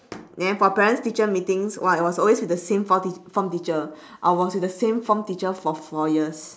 then for parents teachers meetings !wah! it was always with the same form teac~ form teacher I was with the same form teacher for four years